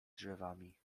drzewami